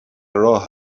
راه